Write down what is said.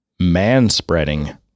Manspreading